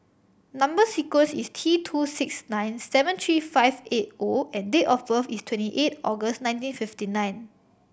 number sequence is T two six nine seven three five eight O and date of birth is twenty eight August nineteen fifty nine